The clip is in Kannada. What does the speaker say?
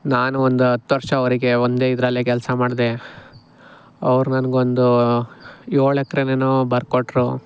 ನಾನು ಒಂದು ಹತ್ತು ವರ್ಷವರೆಗೆ ಒಂದೇ ಇದರಲ್ಲಿ ಕೆಲಸ ಮಾಡಿದೆ ಅವ್ರು ನನಗೊಂದು ಏಳು ಎಕರೆನೆನೋ ಬರ್ಕೊಟ್ರು